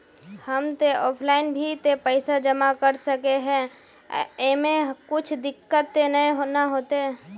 हम ते ऑफलाइन भी ते पैसा जमा कर सके है ऐमे कुछ दिक्कत ते नय न होते?